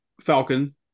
Falcon